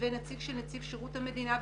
ונציג של נציב שירות המדינה,